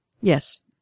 Yes